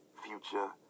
future